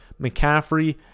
McCaffrey